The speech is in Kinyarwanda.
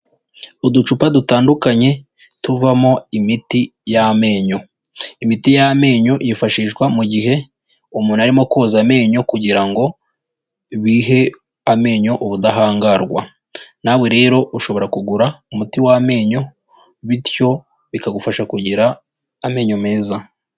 Uducupa dutandukanye tuvamo imiti y'amenyo, imiti y'amenyo yifashishwa mu gihe umuntu arimo koza amenyo kugirango bihe amenyo ubudahangarwa, nawe rero ushobora kugura umuti w'amenyo bityo bikagufasha kugira amenyo meza.